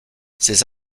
ces